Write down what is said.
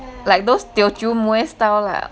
like those teochew mui style lah